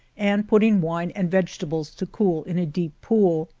and putting wine and vegetables to cool in a deep pool.